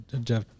Jeff